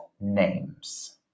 names